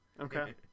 Okay